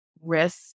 risk